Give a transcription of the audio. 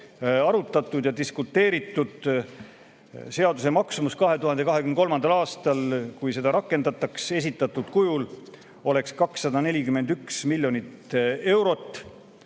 arutatud ja diskuteeritud. Seaduse maksumus 2023. aastal, kui seda rakendataks esitatud kujul, oleks 241 miljonit eurot,